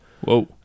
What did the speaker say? Whoa